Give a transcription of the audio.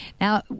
Now